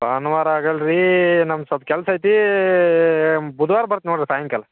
ಭಾನುವಾರ ಆಗೊಲ್ಲ ರಿ ನಮ್ಗೆ ಸ್ವಲ್ಪ ಕೆಲಸ ಐತಿ ಬುಧ್ವಾರ ಬರ್ತೇನೆ ನೋಡ್ರಿ ಸಾಯಂಕಾಲ